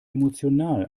emotional